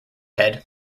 head